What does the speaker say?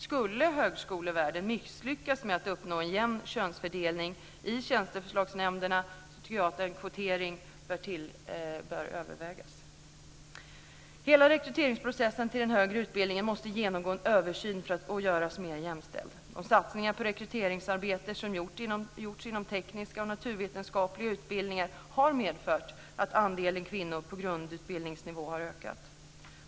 Skulle högskolevärlden misslyckas med att uppnå en jämn könsfördelning i tjänsteförslagsnämnderna bör en kvotering övervägas. Hela rekryteringsprocessen till den högre utbildningen måste genomgå en översyn och göras mer jämställd. De satsningar på rekryteringsarbete som gjorts inom tekniska och naturvetenskapliga utbildningar har medfört att andelen kvinnor på grundutbildningsnivå har ökat.